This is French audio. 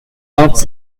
vingts